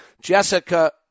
Jessica